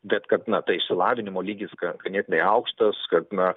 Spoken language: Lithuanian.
bet kad na tai išsilavinimo lygis ga ganėtinai aukštas kad na